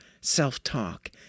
self-talk